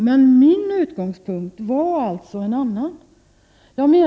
Men min utgångspunkt var en annan.